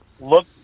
Look